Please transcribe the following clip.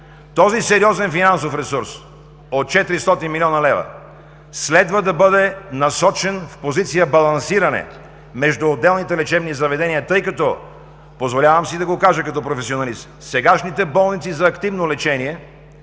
Този сериозен финансов ресурс от 400 млн. лв. следва да бъде насочен в позиция балансиране между отделните лечебни заведения, тъй като – позволявам си да го кажа като професионалист – сегашните болници за активно лечение